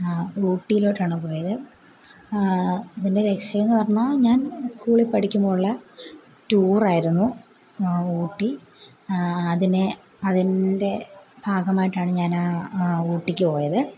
ഊട്ടിയിലോട്ടാണ് പോയത് ഇതിൻ്റെ ലക്ഷ്യം എന്ന് പറഞ്ഞാൽ ഞാൻ സ്കൂളിൽ പഠിക്കുമ്പോൾ ഉള്ള ടൂറായിരുന്നു ഊട്ടി അതിനെ അതിൻ്റെ ഭാഗമായിട്ടാണ് ഞാനാ ഊട്ടിക്ക് പോയത്